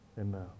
amen